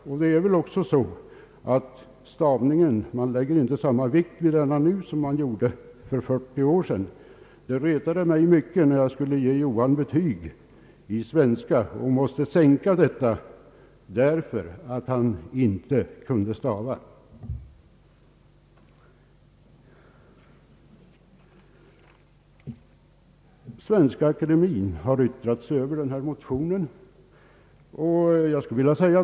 Man lägger väl inte heller samma vikt vid stavningen nu som man gjorde för 40 år sedan. Det retade mig mycket att jag måste ge Johan ett lågt betyg i svenska därför att han inte kunde stava. Svenska akademien har yttrat sig över motionen.